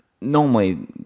Normally